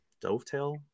dovetail